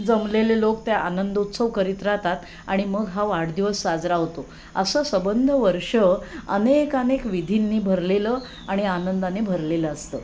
जमलेले लोक त्या आनंदोत्सव करीत राहतात आणि मग हा वाढदिवस साजरा होतो असं सबंध वर्ष अनेक अनेक विधींनी भरलेलं आणि आनंदाने भरलेलं असतं